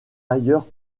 ailleurs